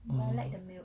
orh